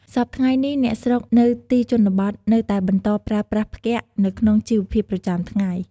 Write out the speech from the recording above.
សព្វថ្ងៃនេះ អ្នកស្រុកនៅទីជនបទនៅតែបន្តប្រើប្រាស់ផ្គាក់នៅក្នុងជីវភាពប្រចាំថ្ងៃ។